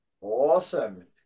awesome